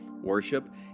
worship